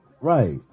right